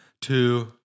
two